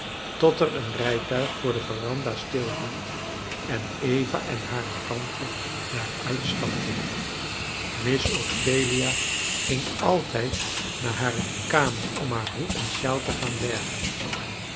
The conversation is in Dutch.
tot er een rijtuig voor de veranda stilhield en eva en hare tante daaruit stapten miss ophelia ging altijd naar hare kamer om haar hoed en sjaal te gaan bergen